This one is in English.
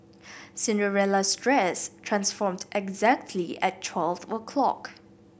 Cinderella's dress transformed exactly at twelve o' clock